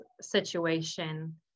situation